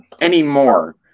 anymore